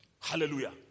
Hallelujah